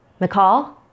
McCall